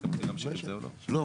לא,